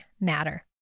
matter